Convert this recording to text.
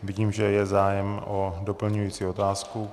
Vidím, že je zájem o doplňující otázku.